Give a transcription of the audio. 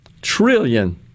Trillion